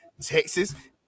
Texas